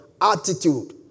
attitude